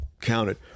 counted